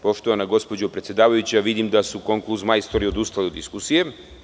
Poštovana gospođo predsedavajuća, vidim da su konkuz - majstori odustali od diskusije.